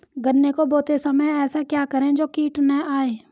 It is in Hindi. गन्ने को बोते समय ऐसा क्या करें जो कीट न आयें?